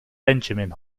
benjamin